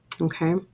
okay